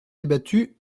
débattu